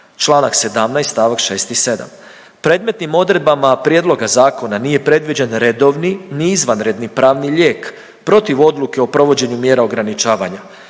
Čl. 17. st. 6. i 7., predmetnim odredbama prijedloga zakona nije predviđen redovni, ni izvanredni pravni lijek protiv odluke o provođenju mjera ograničavanja.